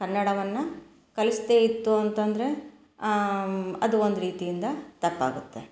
ಕನ್ನಡವನ್ನು ಕಲಿಸ್ದೆ ಇತ್ತು ಅಂತಂದರೆ ಅದು ಒಂದು ರೀತಿಯಿಂದ ತಪ್ಪಾಗುತ್ತೆ